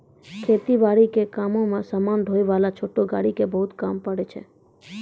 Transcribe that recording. खेती बारी के कामों मॅ समान ढोय वाला छोटो गाड़ी के बहुत जरूरत पड़ै छै